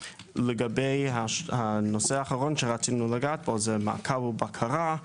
הנושא האחרון הוא מעקב ובקרה.